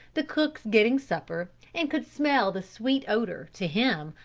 the cooks getting supper, and could smell the sweet odor, to him,